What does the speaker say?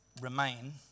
Remain